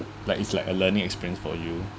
like it's like a learning experience for you